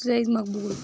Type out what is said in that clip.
Saeed Maqbool